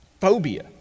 phobia